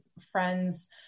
friends